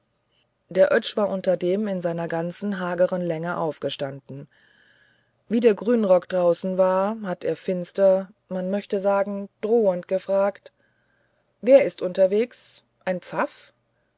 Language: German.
der oetsch war unterdem in seiner ganzen hageren länge aufgestanden wie der grünrock draußen war hat er finster man möchte sagen drohend gefragt wer ist unterwegs ein pfaff